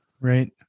Right